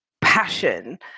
passion